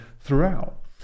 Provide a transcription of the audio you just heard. throughout